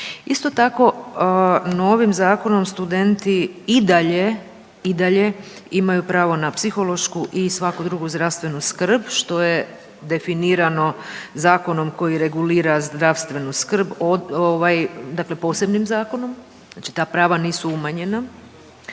Isto tako, novim zakonom studenti i dalje, i dalje imaju pravo na psihološku i svaku drugu zdravstvenu skrb što je definirano zakonom koji regulira zdravstvenu skrb ovaj, dakle posebnim zakonom, znači ta prava nisu umanjena.